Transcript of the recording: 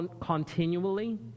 continually